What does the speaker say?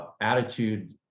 attitude